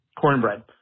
cornbread